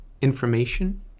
information